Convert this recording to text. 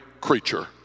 creature